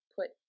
put